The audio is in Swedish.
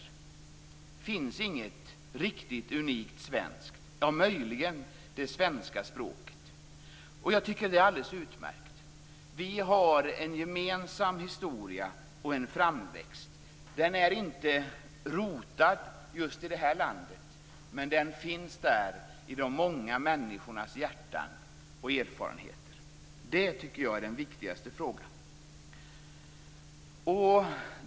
Det finns inget riktigt unikt svenskt, utom möjligen det svenska språket. Jag tycker att det är alldeles utmärkt. Vi har en gemensam historia och framväxt. Den är inte rotad just i detta land, men den finns där i de många människornas hjärtan och erfarenheter. Det tycker jag är den viktigaste frågan.